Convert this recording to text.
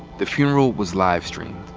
the funeral was live-streamed.